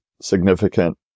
significant